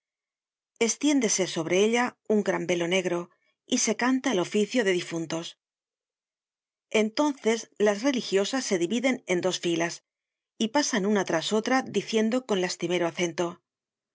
estiéndese sobre ella un gran velo negro y se canta el oficio de difuntos entonces las religiosas se dividen en dos filas y pasan una tras otra diciendo con lastimero acento